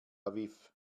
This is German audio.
aviv